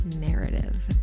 narrative